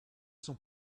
sont